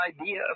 idea